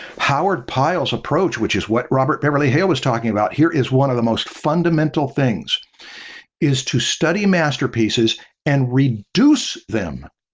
howard pyle's approach, which is what robert beverly hale was talking about, here is one of the most fundamental things is to study masterpieces and reduce them.